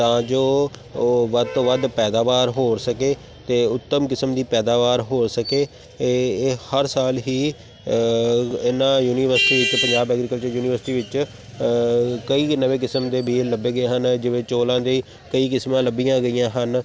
ਤਾਂ ਜੋ ਉਹ ਵੱਧ ਤੋਂ ਵੱਧ ਪੈਦਾਵਾਰ ਹੋ ਸਕੇ ਅਤੇ ਉੱਤਮ ਕਿਸਮ ਦੀ ਪੈਦਾਵਾਰ ਹੋ ਸਕੇ ਏ ਇਹ ਹਰ ਸਾਲ ਹੀ ਇਹਨਾਂ ਯੂਨੀਵਰਸਿਟੀ ਵਿੱਚ ਪੰਜਾਬ ਐਗਰੀਕਲਚਰ ਯੂਨੀਵਰਸਿਟੀ ਵਿੱਚ ਕਈ ਨਵੇਂ ਕਿਸਮ ਦੇ ਬੀਜ ਲੱਭੇ ਗਏ ਹਨ ਜਿਵੇਂ ਚੌਲਾਂ ਦੀਆਂ ਕਈ ਕਿਸਮਾਂ ਲੱਭੀਆਂ ਗਈਆਂ ਹਨ